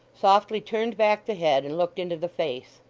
softly turned back the head and looked into the face.